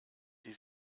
die